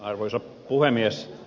arvoisa puhemies